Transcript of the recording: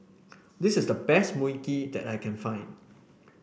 this is the best Mui Kee that I can find